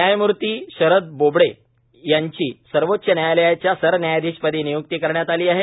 न्यायमूर्ती शरद अरविंद बोबडे यांची सर्वोच्च न्यायलयाच्या सरन्यायाधीशपदी निय्क्ती करण्यात आली आहे